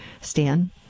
Stan